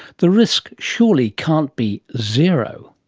the risk surely can't be zero.